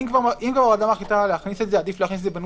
אם כבר הוועדה מחליטה להכניס את זה,